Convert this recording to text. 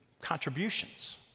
contributions